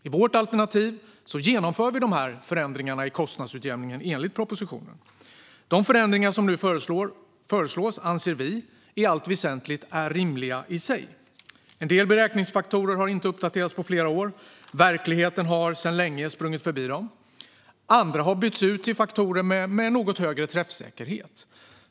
I vårt alternativ genomför vi förändringarna i kostnadsutjämningen enligt propositionen. De förändringar som nu föreslås anser vi i allt väsentligt i sig är rimliga. En del beräkningsfaktorer har inte uppdaterats på flera år. Verkligheten har sedan länge sprungit förbi dem. Andra har bytts ut till faktorer med något högre träffsäkerhet.